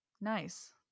nice